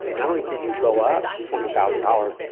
not only did you go up twenty thousand dollars,